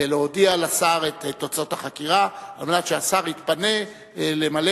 ולהודיע לשר מה תוצאות החקירה על מנת שהשר יתפנה למלא